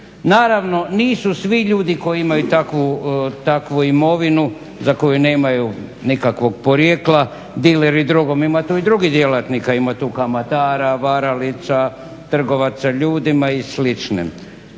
Naravno, nisu svi ljudi koji imaju takvu imovinu, za koju nemaju nekakvog porijekla dileri drogom, ima tu i drugih djelatnika, ima tu kamatara, varalica, trgovaca ljudima i